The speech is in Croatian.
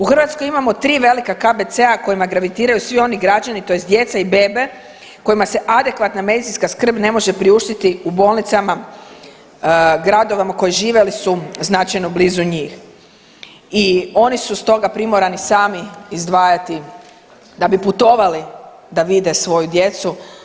U Hrvatskoj imamo 3 velika KBC-a kojima gravitiraju svi oni građani tj. djeca i bebe kojima se adekvatna medicinska skrb ne može priuštiti u bolnicama gradova u kojim žive ili su značajno blizu njih i oni su stoga primorani sami izdvajati da bi putovali da vide svoju djecu.